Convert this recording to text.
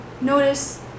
notice